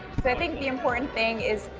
so i think the important thing is.